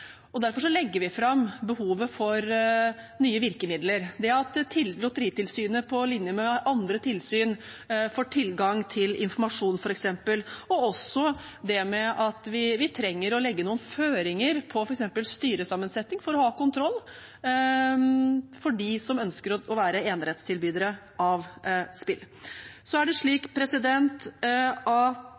legger vi fram behovet for nye virkemidler, f.eks. det at Lotteritilsynet på linje med andre tilsyn får tilgang til informasjon, og det med at vi trenger å legge noen føringer på f.eks. styresammensetning for å ha kontroll med dem som ønsker å være enerettstilbydere av spill. Så er det slik at